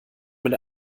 mit